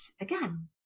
again